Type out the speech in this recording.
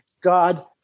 God